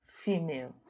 Female